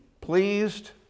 pleased